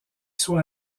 soit